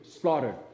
slaughtered